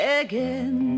again